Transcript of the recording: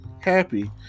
happy